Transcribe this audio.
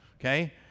okay